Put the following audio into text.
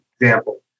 example